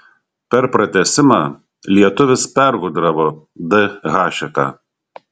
per pratęsimą lietuvis pergudravo d hašeką